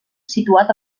situat